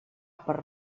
per